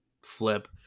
flip